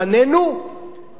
כי הם לא מסוגלים להתפרנס.